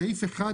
סעיף 1,